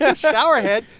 yeah showerhead?